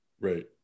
Right